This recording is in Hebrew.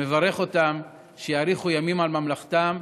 אני מברך אותם שיאריכו ימים על ממלכתם